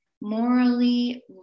morally